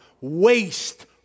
waste